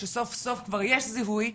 כשסוף סוף כבר יש זיהוי,